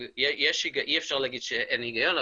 אבל אי אפשר להגיד שאין היגיון,